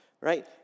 Right